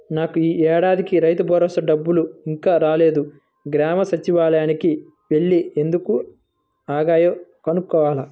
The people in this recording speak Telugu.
నాకు యీ ఏడాదికి రైతుభరోసా డబ్బులు ఇంకా రాలేదు, గ్రామ సచ్చివాలయానికి యెల్లి ఎందుకు ఆగాయో కనుక్కోవాల